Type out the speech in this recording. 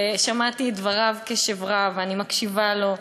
ושמעתי את דבריו בקשב רב, ואני מקשיבה לו,